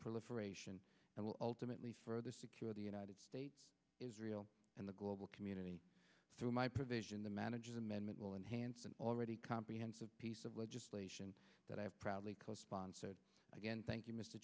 proliferation and will ultimately further secure the united states israel and the global community through my provision the manager's amendment will enhance an already comprehensive piece of legislation that i've probably co sponsored again thank you m